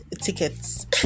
tickets